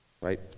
Right